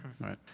Right